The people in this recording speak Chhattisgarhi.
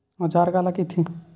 औजार काला कइथे?